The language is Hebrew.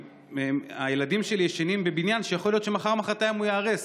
כשהילדים שלי ישנים בבניין שיכול להיות שמחר-מוחרתיים ייהרס?